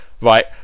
Right